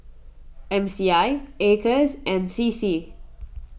M C I Acres and C C